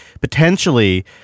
potentially